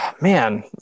man